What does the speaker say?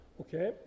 Okay